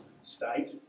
state